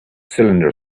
cylinder